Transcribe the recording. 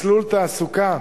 מסלול תעסוקה,